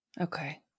Okay